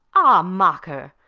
ah, mocker!